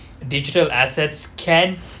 digital assets can